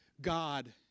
God